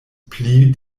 pli